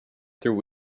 through